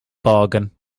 bargain